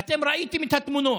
ואתם ראיתם את התמונות: